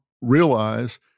realize